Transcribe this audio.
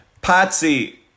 Patsy